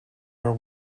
are